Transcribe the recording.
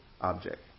object